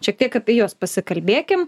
šiek tiek apie juos pasikalbėkim